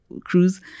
cruise